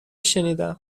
شنیدم